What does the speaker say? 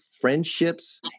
friendships